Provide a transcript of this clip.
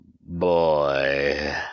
boy